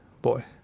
Boy